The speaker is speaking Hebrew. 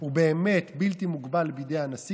הוא באמת כמעט בלתי מוגבל בידי הנשיא